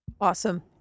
Awesome